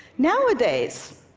nowadays,